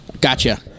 Gotcha